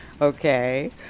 Okay